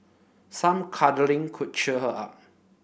some cuddling could cheer her up